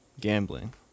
gambling